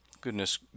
Goodness